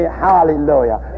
hallelujah